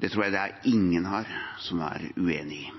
Det tror jeg ikke det er noen her som er uenig i.